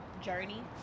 journey